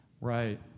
Right